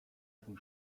twój